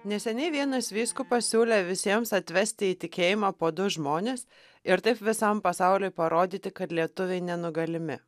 neseniai vienas vyskupas siūlė visiems atvesti į tikėjimą po du žmones ir taip visam pasauliui parodyti kad lietuviai nenugalimi